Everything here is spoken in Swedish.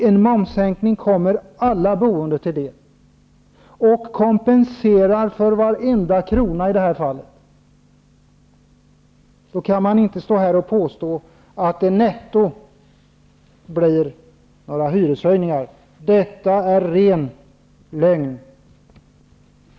En momssänkning kommer alla boende till del och kompenserar i det här fallet för varenda krona. Då kan man inte påstå att det netto blir fråga om hyreshöjningar. Detta är ren lögn.